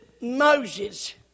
Moses